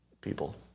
people